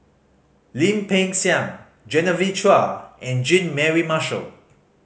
Lim Peng Siang Genevieve Chua and Jean Mary Marshall